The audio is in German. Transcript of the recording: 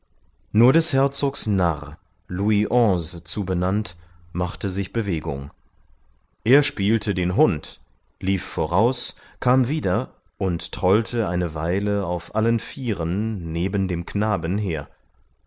nur des herzogs narr louis onze zubenannt machte sich bewegung er spielte den hund lief voraus kam wieder und trollte eine weile auf allen vieren neben dem knaben her